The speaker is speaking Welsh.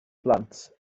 blant